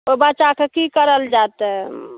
ओहि बच्चाके की करल जाए तऽ